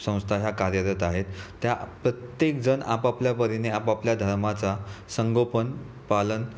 संस्था ह्या कार्यरत आहेत त्या प्रत्येकजण आपापल्यापरीने आपापल्या धर्माचा संगोपन पालन